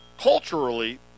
Culturally